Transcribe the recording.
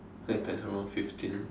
so you times around fifteen